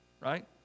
Right